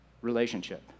Relationship